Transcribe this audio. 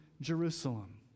Jerusalem